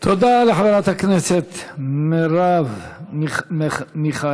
תודה לחברת הכנסת מרב מיכאלי.